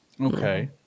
Okay